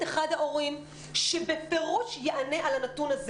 אחד ההורים שבפירוש יענה על הנתון הזה.